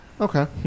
Okay